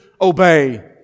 obey